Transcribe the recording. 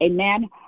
Amen